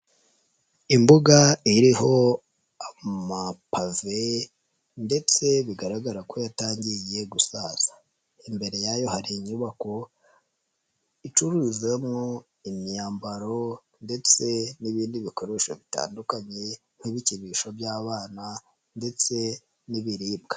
Imbuga iriho amapave ndetse bigaragara ko yatangiye gusaza, imbere yayo hari inyubako icuruzamo imyambaro ndetse n'ibindi bikoresho bitandukanye nk'ibikinisho by'abana ndetse n'ibiribwa.